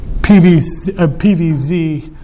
PVZ